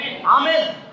Amen